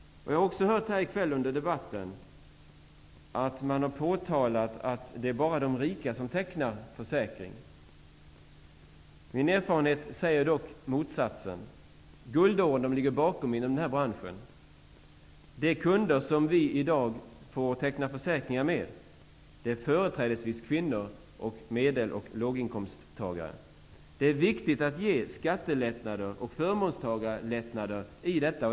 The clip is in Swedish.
Jag har också hört under debatten här i kväll att man har påtalat att det bara är de rika som tecknar försäkring. Min erfarenhet säger dock motsatsen. Guldåldern ligger bakom oss i den här branschen. De kunder som vi i dag får teckna försäkringar med är företrädesvis kvinnor och medel och låginkomsttagare. Det är viktigt att ge skattelättnader och förmånstagarlättnader.